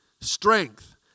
strength